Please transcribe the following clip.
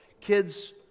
Kids